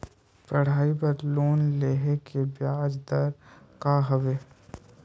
पढ़ाई बर लोन लेहे के ब्याज दर का हवे?